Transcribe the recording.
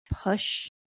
push